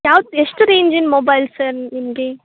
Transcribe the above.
ಯಾವ ಎಷ್ಟು ರೇಂಜಿನ ಮೊಬೈಲ್ ಸರ್ ನಿಮಗೆ